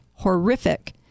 horrific